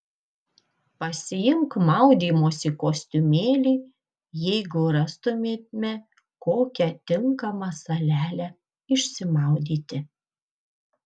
pasiimk maudymosi kostiumėlį jeigu rastumėme kokią tinkamą salelę išsimaudyti